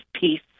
peace